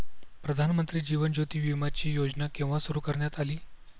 प्रधानमंत्री जीवन ज्योती विमाची योजना केव्हा सुरू करण्यात आली?